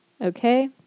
Okay